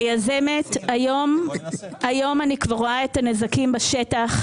כיזמת היום אני רואה את הנזקים בשטח,